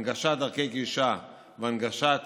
הנגשת דרכי גישה והנגשת